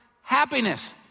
Happiness